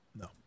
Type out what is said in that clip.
no